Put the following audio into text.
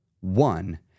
one